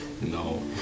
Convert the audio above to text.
No